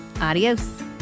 Adios